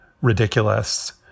ridiculous